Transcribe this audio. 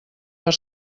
per